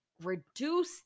Reduce